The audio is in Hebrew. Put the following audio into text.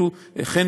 קובעת זכות